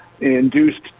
induced